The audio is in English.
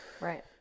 Right